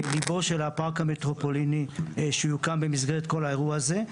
כליבו של הפארק המטרופוליני שיוקם במסגרת האירוע הזה.